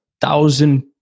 thousand